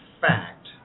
fact